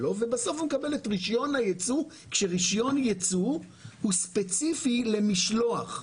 בסוף הוא מקבל את רישיון הייצוא כאשר רישיון יצוא הוא ספציפי למשלוח.